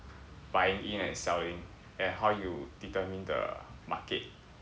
buying in and selling and how you determine the market